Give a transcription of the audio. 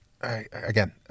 again